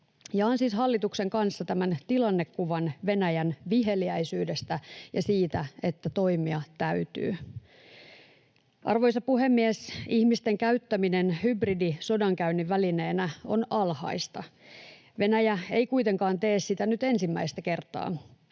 Jaan siis hallituksen kanssa tämän tilannekuvan Venäjän viheliäisyydestä ja siitä, että toimia täytyy. Arvoisa puhemies! Ihmisten käyttäminen hybridisodankäynnin välineenä on alhaista. Venäjä ei kuitenkaan tee sitä nyt ensimmäistä kertaa.